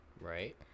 Right